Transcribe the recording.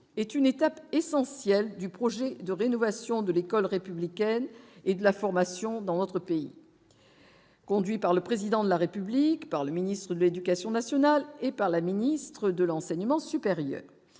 est une étape essentielle du projet de rénovation de l'école républicaine et de la formation dans notre pays, conduits par le président de la République par le ministre de l'Éducation nationale et par la ministre de l'enseignement supérieur,